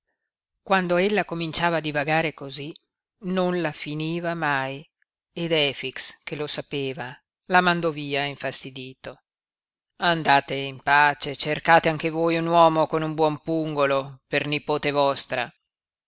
morto quando ella incominciava a divagare cosí non la finiva mai ed efix che lo sapeva la mandò via infastidito andate in pace cercate anche voi un uomo con un buon pungolo per nipote vostra